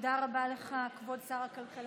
תודה רבה לך, כבוד שר הכלכלה